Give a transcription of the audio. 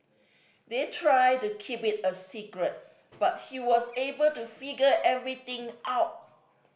they tried to keep it a secret but he was able to figure everything out